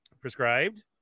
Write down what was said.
Prescribed